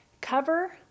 cover